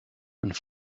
and